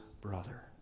brother